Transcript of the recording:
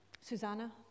Susanna